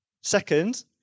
Second